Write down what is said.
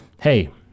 hey